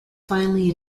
finally